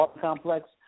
complex –